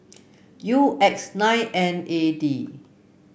U X nine N eight D